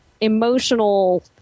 emotional